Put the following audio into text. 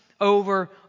over